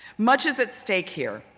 much is at stake here,